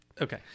Okay